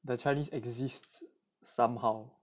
the chinese exists somehow